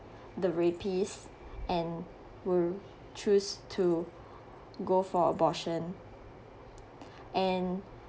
the rapist and will choose to go for abortion and